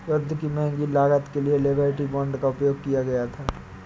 युद्ध की महंगी लागत के लिए लिबर्टी बांड का उपयोग किया गया था